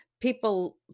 people